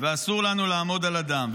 ואסור לנו לעמוד על הדם.